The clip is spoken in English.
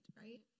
right